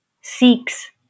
seeks